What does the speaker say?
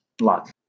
Lots